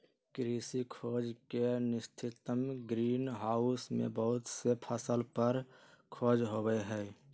कृषि खोज के स्थितिमें ग्रीन हाउस में बहुत से फसल पर खोज होबा हई